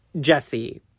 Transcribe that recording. Jesse